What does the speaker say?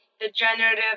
degenerative